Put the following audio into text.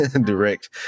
direct